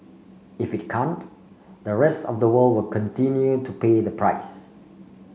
if it can't the rest of the world will continue to pay the price